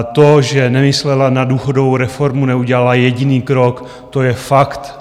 To, že nemyslela na důchodovou reformu, neudělala jediný krok, to je fakt.